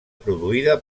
produïda